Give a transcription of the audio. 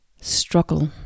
struggle